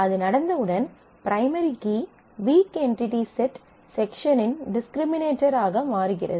அது நடந்தவுடன் primary key weak entity set செக்ஷனின் டிஸ்க்ரிமினேட்டர் ஆக மாறுகிறது